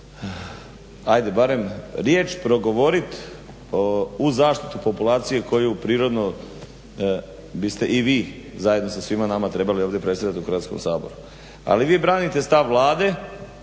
ajde barem riječ progovorit u zaštitu populacije koju prirodno bi ste i vi zajedno sa svima nama treba ovdje predstavljat u Hrvatskom saboru. Ali vi branite stav Vlade,